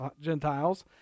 Gentiles